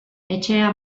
etxea